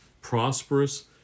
prosperous